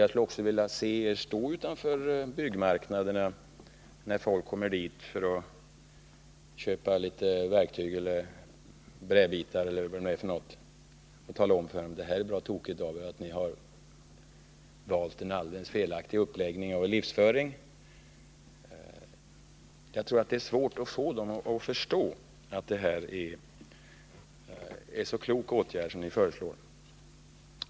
Jag skulle vilja se socialdemokraterna stå utanför byggmarknaderna, när folk kommer dit för att köpa verktyg, brädbitar eller vad det nu kan vara, och tala om för dessa människor att de har valt en alldeles felaktig uppläggning av sin livsföring. Jag tror att det skulle vara svårt att få dessa människor att förstå att den åtgärd som ni föreslår verkligen är så klok.